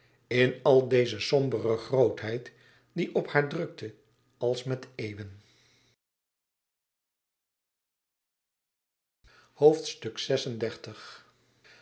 in al deze sombere grootheid die op haar drukte als met eeuwen